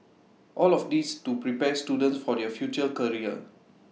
all of this to prepare students for their future career